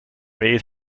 maid